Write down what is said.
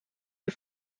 you